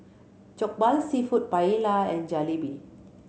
Jokbal Seafood Paella and Jalebi